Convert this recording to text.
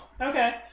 Okay